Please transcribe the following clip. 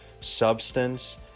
substance